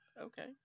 okay